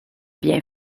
bien